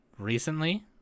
recently